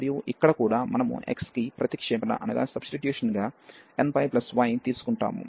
మరియు ఇక్కడ కూడా మనము x కి ప్రతిక్షేపణగా nπ y తీసుకుంటాము